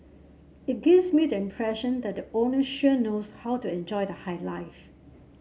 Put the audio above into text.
it gives me the impression that the owner sure knows how to enjoy the high life